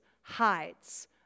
hides